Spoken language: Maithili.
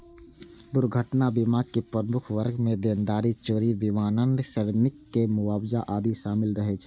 दुर्घटना बीमाक प्रमुख वर्ग मे देनदारी, चोरी, विमानन, श्रमिक के मुआवजा आदि शामिल रहै छै